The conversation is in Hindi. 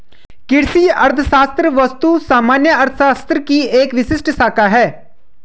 कृषि अर्थशास्त्र वस्तुतः सामान्य अर्थशास्त्र की एक विशिष्ट शाखा है